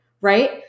right